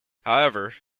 however